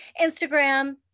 Instagram